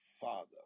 father